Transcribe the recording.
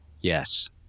Yes